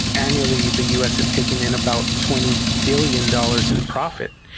annually the us is taking in about twenty billion dollars in profit.